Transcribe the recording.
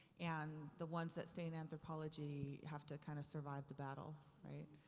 and the one's that stay in anthropology have to kind of survive the battle. right.